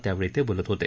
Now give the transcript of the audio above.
त्यावेळी ते बोलत होते